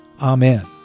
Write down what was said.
Amen